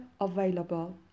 Available